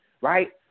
right